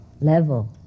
level